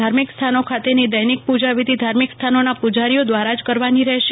the ર્મિક સ્થ નોખ તેની દૈનિક પૂજા વિધી ધ ર્મિક સ્થ નોન પૂજારીઓ દ્વ ર જ કરવ ની રહેશે